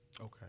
okay